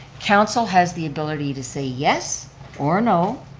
council has the ability to say yes or no.